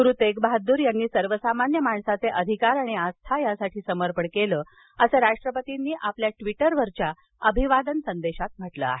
गुरू तेगबहाद्दर यांनी सर्वसामान्य माणसाचे अधिकार आस्था यासाठी समर्पण केल असं त्यांनी आपल्या ट्वीटरवरील अभिवादन संदेशात म्हटलं आहे